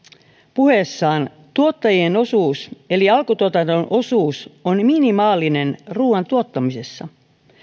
puheessaan tuottajien osuus eli alkutuotannon osuus on minimaalinen ruuan tuottamisessa